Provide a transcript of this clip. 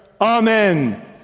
Amen